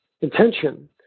intention